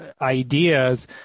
ideas